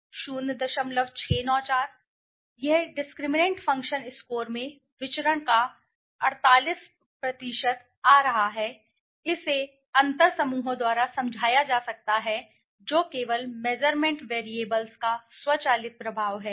694 इसलिए कि यह डिस्क्रिमिनैंट फंक्शन स्कोर में विचरण का 48 आ रहा है इसे समूह अंतरों द्वारा समझाया जा सकता है जो केवल मेज़रमेंट वैरिएबल्स का स्वचालित प्रभाव है